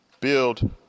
build